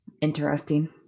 interesting